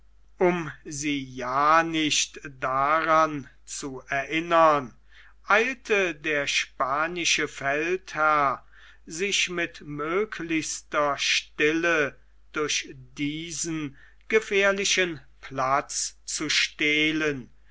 um sie ja nicht daran zu erinnern eilte der spanische feldherr sich mit möglichster stille durch diesen gefährlichen paß zu stehlen